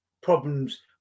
problems